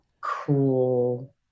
cool